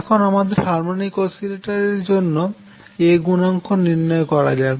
এখন আমাদের harmonic oscillator এর জন্য A গুণাঙ্ক নির্ণয় করা যাক